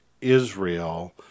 Israel